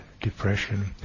depression